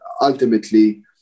ultimately